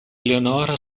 leonora